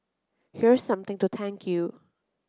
here's something to thank you